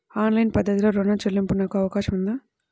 Online పద్ధతిలో రుణ చెల్లింపునకు అవకాశం ఉందా?